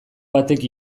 batek